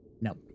no